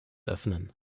öffnen